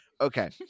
Okay